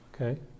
Okay